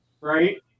Right